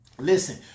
listen